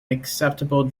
acceptable